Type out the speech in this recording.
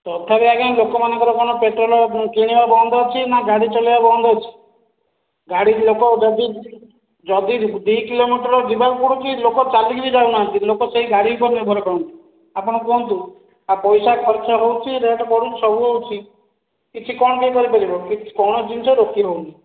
ତଥାପି ଆଜ୍ଞା ଲୋକମାନଙ୍କର କଣ ପେଟ୍ରୋଲ କିଣିବା ବନ୍ଦ ଅଛି ନା ଗାଡ଼ି ଚଲେଇବା ବନ୍ଦ ଅଛି ଗାଡ଼ିକୁ ଲୋକ ଯଦି ଯଦି ଦୁଇ କିଲୋମିଟର ଯିବାକୁ ପଡ଼ୁଛି ଲୋକ ଚାଲିକି ବି ଯାଉନାହାଁନ୍ତି ଲୋକ ସେହି ଗାଡ଼ି ଉପରେ ନିର୍ଭର କରନ୍ତି ଆପଣ କୁହନ୍ତୁ ଆଉ ପଇସା ଖର୍ଚ୍ଚ ହେଉଛି ରେଟ୍ ବଢୁଛି ସବୁ ହେଉଛି କିଛି କଣ କିଏ କରିପାରିବ କୌଣସି ଜିନିଷ ରୋକି ହେଉନି